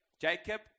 Jacob